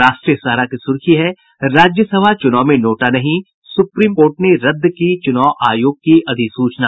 राष्ट्रीय सहारा की सुर्खी है राज्यसभा चुनाव में नोटा नहीं सुप्रीम कोर्ट ने रद्द की चुनाव आयोग की अधिसूचना